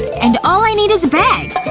and all i need is a bag.